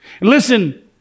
Listen